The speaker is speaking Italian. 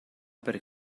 per